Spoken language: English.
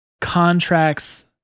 contracts